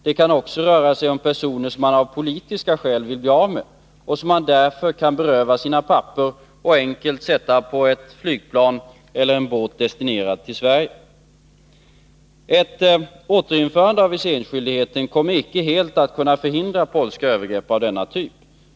Det kan också röra sig om personer som man av politiska skäl vill bli av med och vilka man därför berövar deras papper och helt enkelt sätter på ett flygplan eller en båt destinerad till Sverige. Ett återinförande av viseringsskyldigheten kommer icke att helt kunna förhindra polska övergrepp av denna typ.